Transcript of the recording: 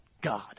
God